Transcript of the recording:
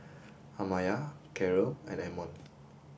Amaya Caryl and Ammon